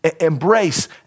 embrace